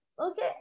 Okay